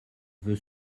veut